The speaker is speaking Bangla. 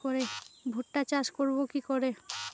ভুট্টা চাষ করব কি করে?